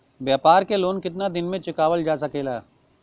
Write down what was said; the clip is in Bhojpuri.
व्यापार के लोन कितना दिन मे चुकावल जा सकेला?